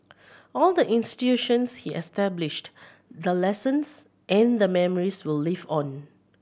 all the institutions he established the lessons and the memories will live on